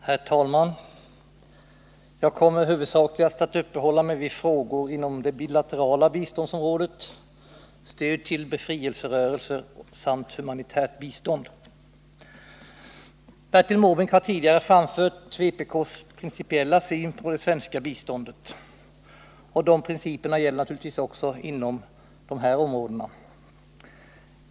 Herr talman! Jag kommer huvudsakligast att uppehålla mig vid frågor inom det bilaterala biståndsområdet, stöd till befrielserörelser samt humanitärt bistånd. Bertil Måbrink har tidigare framfört vpk:s principiella syn på det svenska biståndet. De principerna gäller naturligtvis också inom detta område.